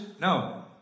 No